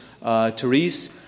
Therese